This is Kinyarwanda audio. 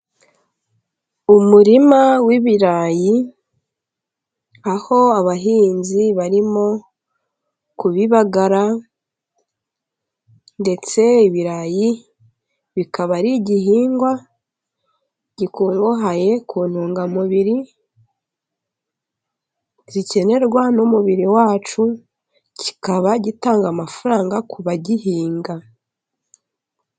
Umurima w'ibirayi aho abahinzi barimo kubibagara ndetse ibirayi bikaba ari igihingwa gikungahaye ku ntungamubiri zikenerwa n'umubiri wacu, kikaba gitanga amafaranga ku bagihinga.